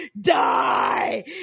die